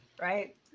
Right